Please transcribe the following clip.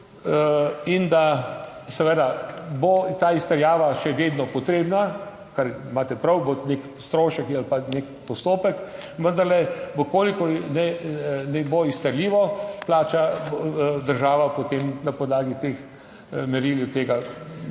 in da seveda bo ta izterjava še vedno potrebna, kar imate prav, bo nek strošek ali pa nek postopek, vendarle, v kolikor ne bo izterljivo, plača država potem na podlagi teh meril in tega.